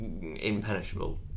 impenetrable